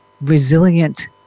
resilient